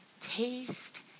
taste